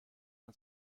het